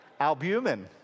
Albumin